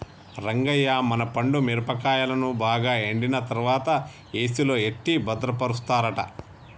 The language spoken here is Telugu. రంగయ్య మన పండు మిరపకాయలను బాగా ఎండిన తర్వాత ఏసిలో ఎట్టి భద్రపరుస్తారట